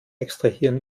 extrahieren